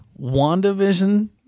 WandaVision